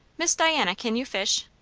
miss diana, can you fish?